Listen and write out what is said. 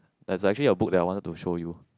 that's actually a book that I want to show you